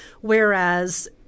Whereas